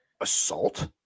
Assault